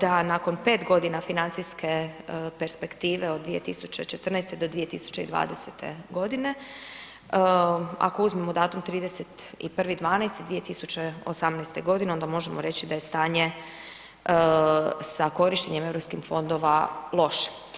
da nakon 5 godina financijske perspektive od 2014.-2020. godine, ako uzmemo datum 31.12.2018. godine, onda možemo reći da je stanje sa korištenjem EU fondova loše.